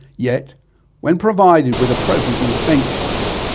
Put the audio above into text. yet when provided with appropriate interventions,